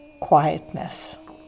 quietness